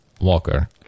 Walker